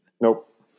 Nope